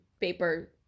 paper